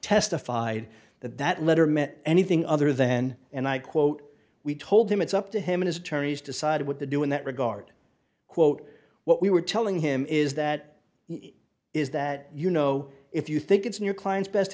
testified that that letter meant anything other then and i quote we told him it's up to him and his attorneys decided what to do in that regard quote what we were telling him is that is that you know if you think it's in your client's best